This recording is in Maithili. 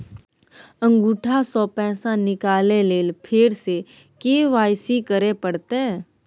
अंगूठा स पैसा निकाले लेल फेर स के.वाई.सी करै परतै?